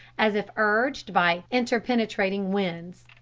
as if urged by interpenetrating winds.